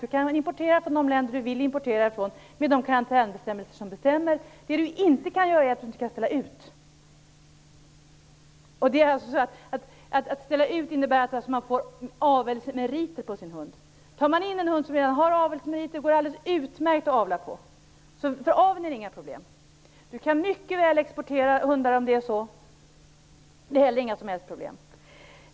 Man kan importera från de länder man vill med de karantänsbestämmelser som finns. Det man inte kan göra är att ställa ut. Att ställa ut innebär att man får avelsmeriter på sin hund. Tar man in en hund som redan har avelsmeriter går det alldeles utmärka att avla. För aveln är det alltså inget problem. Man kan också mycket väl exportera hundar. Det är heller inget som helst problem.